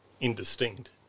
indistinct